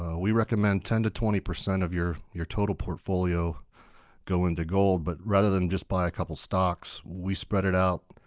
ah we recommend ten to twenty percent of your your total portfolio go into gold, but rather than just buy a couple stocks, we spread it out.